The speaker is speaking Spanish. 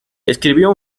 escribió